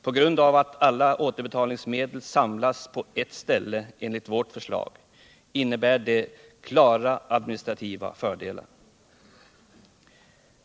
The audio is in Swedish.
På grund av att alla återbetalningsmedel enligt vårt förslag samlas på ett ställe vinner man klara administrativa fördelar.